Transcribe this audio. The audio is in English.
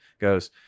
goes